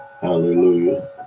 hallelujah